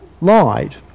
lied